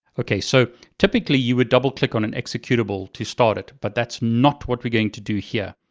okay, so typically, you would double click on an executable to start it. but that's not what we're going to do here.